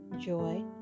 joy